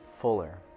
fuller